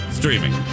streaming